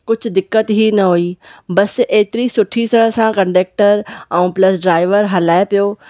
कुछ दिक़त ई न हुई बस एतिरी सुठी तरह सां कंडक्टर ऐं प्लस ड्राइवर हलाए पियो